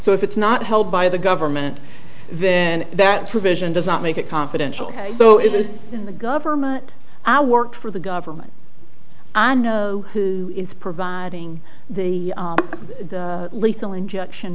so if it's not held by the government then that provision does not make it confidential so it is in the government i work for the government i know who is providing the lethal injection